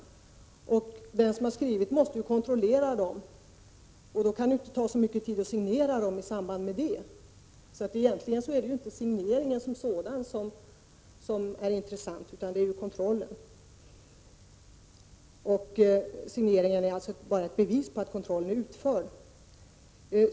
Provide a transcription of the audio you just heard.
Den som står för anteckningen måste ju kontrollera utskriften, och då kan det ju inte ta så mycket tid att signera den i samband med detta. Egentligen är det alltså inte signeringen som sådan som är det intressanta utan kontrollen. Signeringen är bara ett bevis på att kontrollen är utförd.